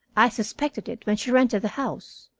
i suspected it when she rented the house.